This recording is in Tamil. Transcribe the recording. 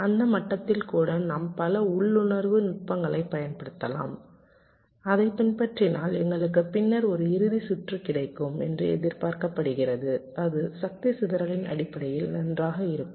அந்த மட்டத்தில் கூட நாம் பல உள்ளுணர்வு நுட்பங்களைப் பயன்படுத்தலாம் அதை பின்பற்றினால் எங்களுக்கு பின்னர் ஒரு இறுதி சுற்று கிடைக்கும் என்று எதிர்பார்க்கப்படுகிறது அது சக்தி சிதறலின் அடிப்படையில் நன்றாக இருக்கும்